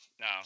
no